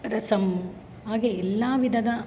ರಸಮ್ ಹಾಗೆ ಎಲ್ಲ ವಿಧದ